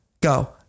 Go